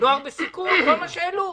נוער בסיכון, כל מה שהעלו.